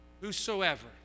Whosoever